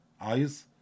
eyes